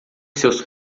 seus